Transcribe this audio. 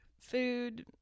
food